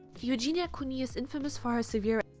eugenia cooney is infamous for her severe